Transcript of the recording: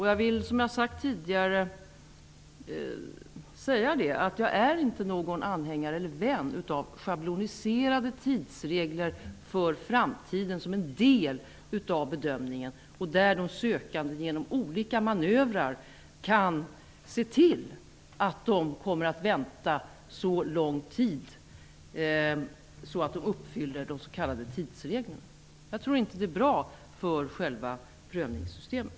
Jag vill, som jag sagt tidigare, betona att jag inte är någon vän av schabloniserade tidsregler för framtiden som en del av bedömningen så att de sökande genom olika manövrar kan se till att de kommer att vänta så lång tid, att de uppfyller kraven när det gäller de s.k. tidsreglerna. Jag tror inte att det är bra för själva prövningssystemet.